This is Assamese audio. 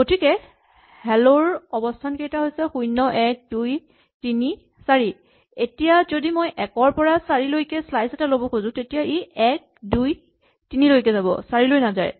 গতিকে হেল্ল ৰ অৱস্হানকেইটা হৈছে ০ ১ ২ ৩ ৪ এতিয়া যদি মই ১ ৰ পৰা ৪ লৈ শ্লাইচ এটা ল'ব খোজো তেতিয়া ই ১ ২ ৩ লৈকে যাব চাৰিলৈ নাযায়